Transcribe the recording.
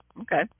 okay